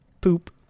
Poop